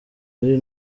ari